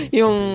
yung